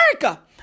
America